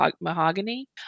mahogany